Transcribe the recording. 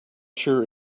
sure